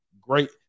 great